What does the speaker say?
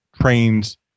trains